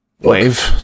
Wave